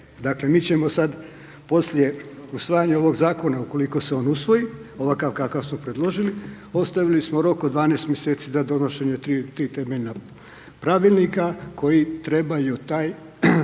Dakle, mi ćemo sad poslije usvajanja ovog Zakona, ukoliko se on usvoji, ovakav kakav smo predložili, ostavili smo rok od 12 mjeseci za donošenje tri temeljna Pravilnika koji trebaju taj